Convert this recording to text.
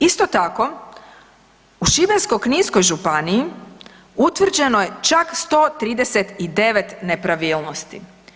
Isto tako u Šibensko-kninskoj županiji utvrđeno je čak 139 nepravilnosti.